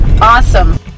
Awesome